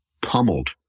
pummeled